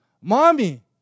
Mommy